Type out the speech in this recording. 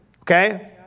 Okay